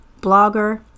blogger